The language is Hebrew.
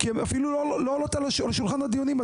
כי הן אפילו לא עולות על שולחן הדיונים.